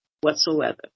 whatsoever